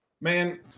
man